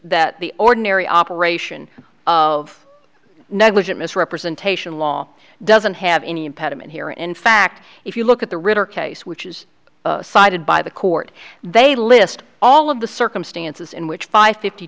that the ordinary operation of negligent misrepresentation law doesn't have any impediment here in fact if you look at the ritter case which is cited by the court they list all of the circumstances in which five fifty